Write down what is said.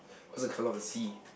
what's the colour of the sea